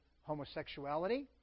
homosexuality